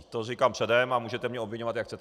To říkám předem a můžete mě obviňovat, jak chcete.